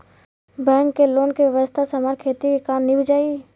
bank के loan के व्यवस्था से हमार खेती के काम नीभ जाई